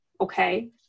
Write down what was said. okay